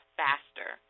faster